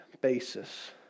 basis